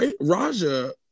Raja